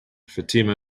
fatima